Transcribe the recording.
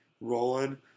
rolling